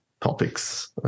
Topics